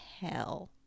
hell